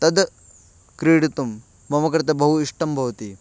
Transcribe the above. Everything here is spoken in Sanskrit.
तद् क्रीडितुं मम कृते बहु इष्टं भवति